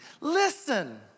Listen